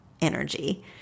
energy